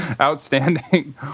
Outstanding